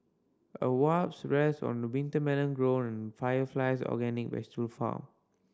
a wasp rests on a winter melon grown on Fire Flies organic vegetable farm